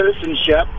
citizenship